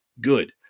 good